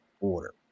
order